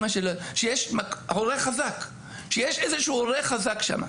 שיש איזשהו הורה חזק שם,